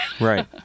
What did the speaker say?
Right